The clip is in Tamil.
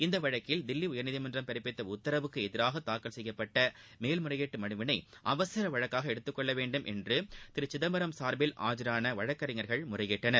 இவ்வழக்கில் தில்லி உயர்நீதிமன்றம் பிறப்பித்த உத்தரவுக்கு எதிராக தாக்கல் செய்யப்பட்ட மேல்முறையீட்டு மனுவிளை அவசர வழக்காக எடுத்துக்கொள்ள வேண்டும் என்று திரு சிதம்பரத்தின் சார்பில் ஆஜரான வழக்கறிஞர்கள் முறையிட்டனர்